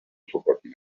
forgotten